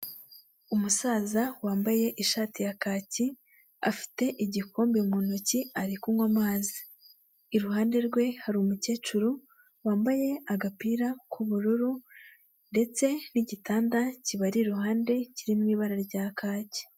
Umusaza wambaye ishati ya haki, afite igikombe mu ntoki ari kunywa amazi, iruhande rwe hari umukecuru wambaye agapira k'ubururu, ndetse n'igitanda kibari iruhande kiri mu ibara rya kaki.